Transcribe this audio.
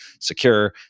secure